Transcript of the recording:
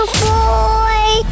boy